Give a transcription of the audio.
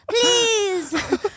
Please